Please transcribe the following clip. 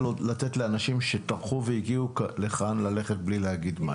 לתת לאנשים שטרחו והגיעו לכאן ללכת בלי לדבר.